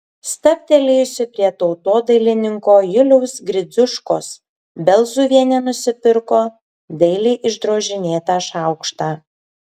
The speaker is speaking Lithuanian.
stabtelėjusi prie tautodailininko juliaus gridziuškos belzuvienė nusipirko dailiai išdrožinėtą šaukštą